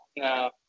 No